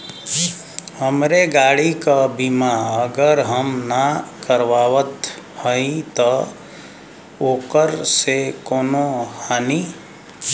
हमरे गाड़ी क बीमा अगर हम ना करावत हई त ओकर से कवनों हानि?